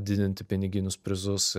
didinti piniginius prizus